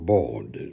Board